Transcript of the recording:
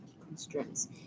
constraints